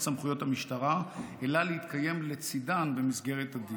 סמכויות המשטרה אלא להתקיים לצידן במסגרת הדין.